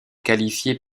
qualifiés